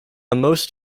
most